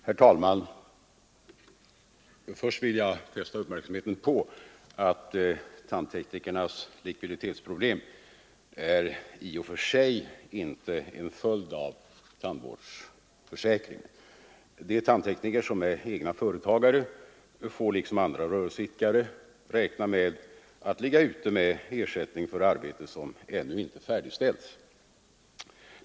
Herr talman! Först vill jag fästa uppmärksamheten på att tandteknikernas likviditetsproblem i och för sig inte är en följd av tandvårdsförsäkringen. De tandtekniker som är egna företagare får liksom andra rörelseidkare räkna med att ligga ute med ersättning för arbete som ännu inte färdigställts.